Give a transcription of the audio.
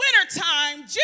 wintertime